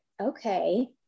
Okay